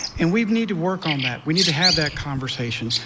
and we need to work on that. we need to have that conversation,